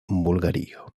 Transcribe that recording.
bulgario